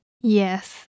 Yes